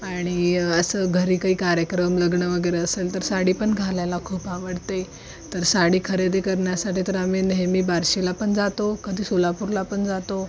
आणि असं घरी काही कार्यक्रम लग्न वगैरे असेल तर साडी पण घालायला खूप आवडते तर साडी खरेदी करण्यासाठी तर आम्ही नेहमी बार्शीला पण जातो कधी सोलापूरला पण जातो